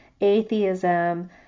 atheism